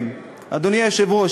אדוני היושב-ראש,